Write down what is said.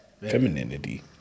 femininity